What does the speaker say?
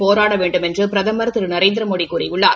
போராட வேண்டுமென்று பிரதமர் திரு நரேந்திரமோடி கூறியுள்ளார்